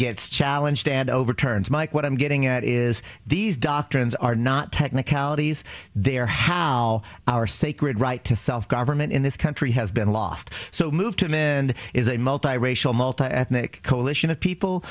gets challenged and over turns mike what i'm getting at is these doctrines are not technicalities they are how our sacred right to self government in this country has been lost so moved to mend is a multiracial multiethnic coalition of people